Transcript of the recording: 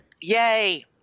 Yay